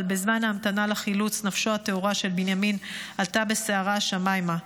אבל בזמן ההמתנה לחילוץ נפשו הטהורה של בנימין עלתה בסערה השמיימה.